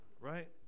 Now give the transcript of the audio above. right